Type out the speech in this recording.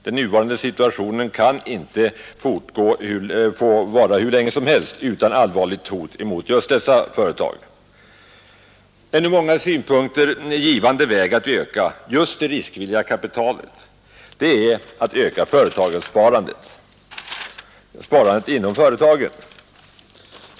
Den nuvarande situationen kan inte få bestå hur länge som helst utan allvarligt hot mot just dessa företag. En från många synpunkter givande väg att öka just det riskvilliga kapitalet är att öka sparandet inom företagen.